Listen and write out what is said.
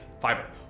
fiber